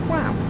Wow